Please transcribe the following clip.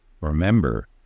remember